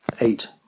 eight